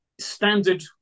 standard